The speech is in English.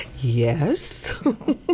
Yes